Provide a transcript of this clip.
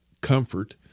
comfort